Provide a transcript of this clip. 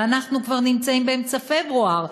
אבל אנחנו כבר נמצאים באמצע פברואר,